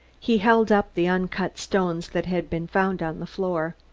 he held up the uncut stones that had been found on the floor.